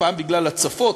הפעם בגלל הצפות,